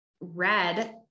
red